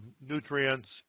nutrients